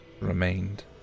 Remained